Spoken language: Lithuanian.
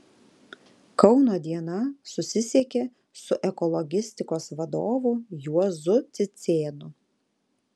kauno diena susisiekė su ekologistikos vadovu juozu cicėnu